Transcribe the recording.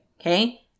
okay